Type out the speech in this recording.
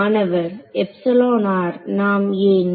மாணவர் நாம் ஏன்